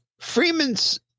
Freeman's